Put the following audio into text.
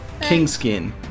Kingskin